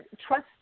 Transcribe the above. trust